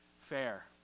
fair